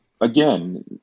again